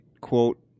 quote